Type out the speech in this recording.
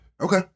okay